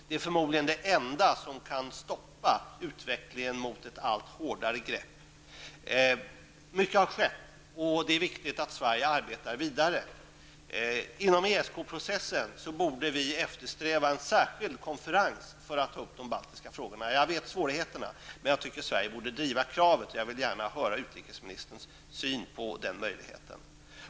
Det är förmodligen det enda som kan stoppa utvecklingen mot ett allt hårdare grepp. Mycket har skett, och det är viktigt att Sverige arbetar vidare. Vi borde inom ESK-processen eftersträva en särskild konferens för att ta upp de baltiska frågorna. Jag känner till svårigheterna men jag tycker att Sverige borde driva kravet, och jag vill gärna höra utrikesministerns syn på den möjligheten.